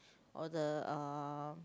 or the uh